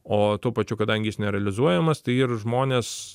o tuo pačiu kadangi jis nerealizuojamas tai ir žmonės